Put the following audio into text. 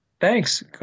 Thanks